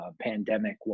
pandemic